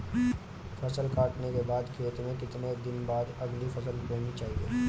फसल काटने के बाद खेत में कितने दिन बाद अगली फसल बोनी चाहिये?